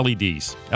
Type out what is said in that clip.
LEDs